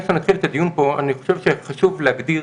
שעברה אני הגשתי עם עוד חברות הצעת חוק לבדיקה